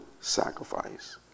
sacrifice